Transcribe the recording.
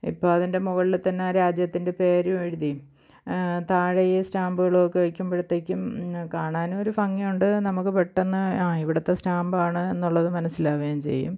ഇപ്പം അതിന്റെ മുകളിൽ തന്നെ രാജ്യത്തിന്റെ പേരും എഴുതി താഴെ ഈ സ്റ്റാമ്പുകളുമൊക്കെ വയ്ക്കുമ്പോഴത്തേക്കും കാണാനും ഒരു ഭംഗി ഉണ്ട് നമുക്ക് പെട്ടന്ന് ആ ഇവിടുത്തെ സ്റ്റാമ്പാണ് എന്നുള്ളത് മനസ്സിലാവുകയും ചെയ്യും